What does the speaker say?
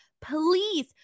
please